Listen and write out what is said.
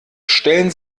stellen